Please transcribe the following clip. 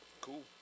Cool